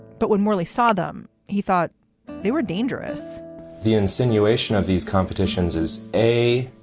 but when mallie saw them, he thought they were dangerous the insinuation of these competitions is, a,